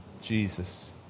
Jesus